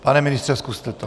Pane ministře, zkuste to.